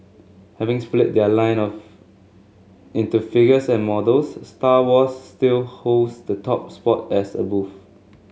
having split their line of into figures and models Star Wars still holds the top spot as a booth